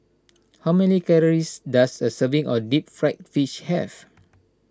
how many calories does a serving of Deep Fried Fish have